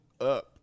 up